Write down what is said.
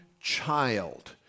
child